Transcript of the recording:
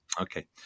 Okay